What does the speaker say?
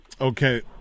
Okay